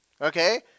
okay